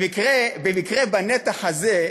במקרה בנתח הזה,